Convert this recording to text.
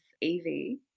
Evie